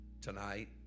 tonight